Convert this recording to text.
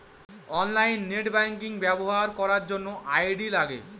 online net banking ব্যবহার করার জন্য আই.ডি লাগে